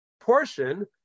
portion